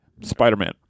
Spider-Man